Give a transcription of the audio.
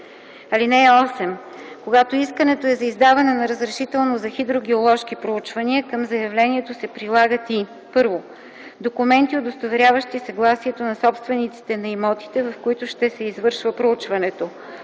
ал. 2. (8) Когато искането е за издаване на разрешително за хидрогеоложки проучвания към заявлението се прилагат и: 1. документи, удостоверяващи съгласието на собствениците на имотите, в които ще се извърши проучването;